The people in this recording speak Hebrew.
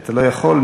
אתה לא יכול,